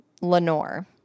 Lenore